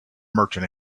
merchant